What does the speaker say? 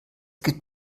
gibt